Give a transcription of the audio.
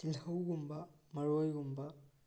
ꯇꯤꯜꯍꯧꯒꯨꯝꯕ ꯃꯔꯣꯏꯒꯨꯝꯕ